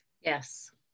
Yes